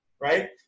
right